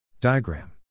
Diagram